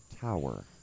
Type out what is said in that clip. tower